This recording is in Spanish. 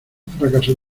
fracaso